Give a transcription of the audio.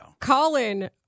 Colin